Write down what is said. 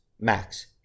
Max